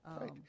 right